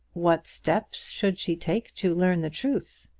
what steps should she take to learn the truth?